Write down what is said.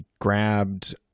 grabbed